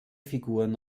figuren